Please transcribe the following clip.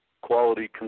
quality